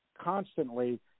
constantly